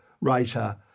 writer